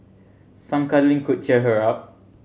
some cuddling could cheer her up